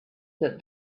that